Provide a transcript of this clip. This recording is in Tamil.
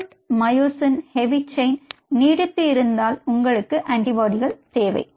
அடல்ட் மயோசின் ஹெவி செயின் நீடித்து இருந்தால் உங்களுக்கு ஆன்டிபாடிகள் தேவை